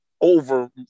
over